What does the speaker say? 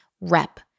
Rep